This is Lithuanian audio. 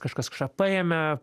kažkas kažką paėmė